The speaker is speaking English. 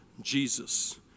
Jesus